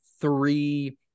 three